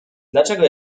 dlaczego